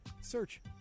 search